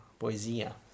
poesia